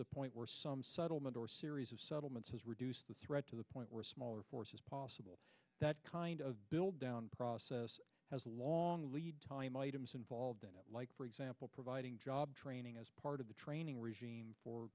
the point where some settlement or series of settlements has reduced the threat to the point where smaller force is possible that kind of build down process has a long lead time items involved like for example providing job training as part of the training regime for